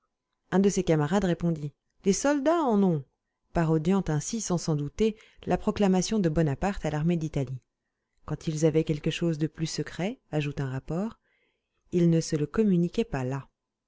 un de ses camarades répondit les soldats en ont parodiant ainsi sans s'en douter la proclamation de bonaparte à l'armée d'italie quand ils avaient quelque chose de plus secret ajoute un rapport ils ne se le communiquaient pas là